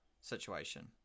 situation